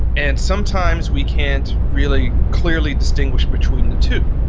and sometimes, we can't really clearly distinguish between the two.